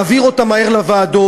ולהעביר אותה מהר לוועדות,